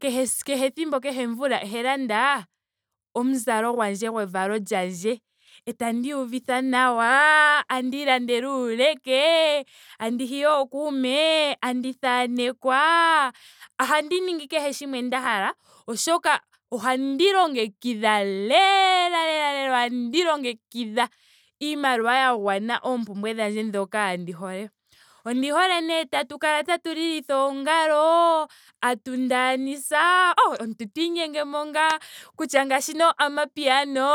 Kehe esiku kehe ethimbo kehe omvula ohandi landa omuzalo gwandje gwevalo lyandje. etandi iyivitha nawa. etandi ilandele uuleke. tandi hiya ookume. tandi thanekwa. ohandi ningi kehe shimwe nda hala oshoka ohandi longekidha lela lela lela ohandi longekidha iimaliwa ya gwana oompumwe dhandje dhoka ndi hole. Ondi hole nee tatu kala tatu lilitha oongalo. tatu ndanisa. oh omuntu to inyenge mo ngaa. kutya ngaa ngaashi nee amapiano.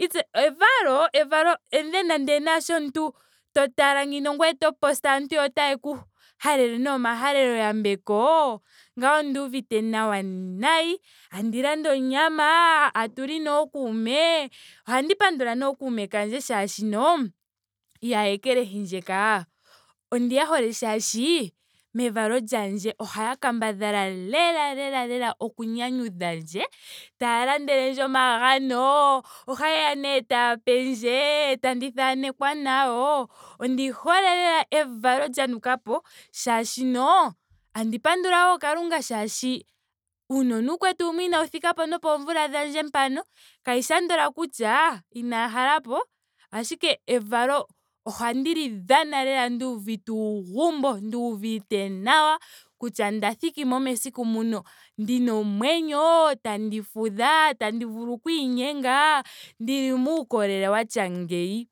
its- evalo. evalo. and then ndee naasho omuntu to tala ngino ngweyo oto post yo aantu otaya ku halelele nee omahalelo yambeko. ngawo onduuvite nawa nayi. tandi landa onyama. tatuli nookuume. Ohandi pandula nee ookuume kandje molwaashoka ihaya ekelehindje kaa. Ondiya hole molwaashoka mevalo lyandje ohaya kambadhala lela lela lela oku nyanyudha ndje. Taya landelendje omagano. ohayeya nee taya pendje. tandi thanekwa nayo. ondi hole lela evalo lya nukapo. molwaashoka tandi pandula wo kalunga molwaashoka uunona uukwetu wumwe inawu thikapo nopoomvula dhandje mpano. kashishi andola kutya inaya halapo. ashike evalo ohandi li dhana lela nduuvite uugumbo. nduuvite nawa kutya nda thikimo mesiku muka ndina omwenyo. tandi fudha. tandi vulu oku inyenga. ndili muukolele wa ya ngeyi